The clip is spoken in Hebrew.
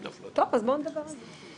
טוב, אז בואו נדבר על זה.